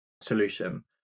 solution